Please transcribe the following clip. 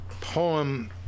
poem